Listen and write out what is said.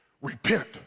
Repent